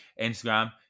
instagram